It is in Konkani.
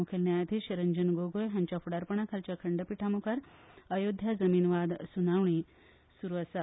मुखेल न्यायाधीश रंजन गोगोय हांच्या फुडारपणाखालच्या खंडपीठामुखार अयोध्या जमीन वाद सुनावणी सुरू आसा